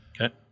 Okay